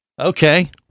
Okay